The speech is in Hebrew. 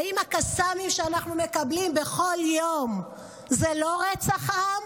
האם הקסאמים שאנחנו מקבלים בכל יום זה לא רצח עם?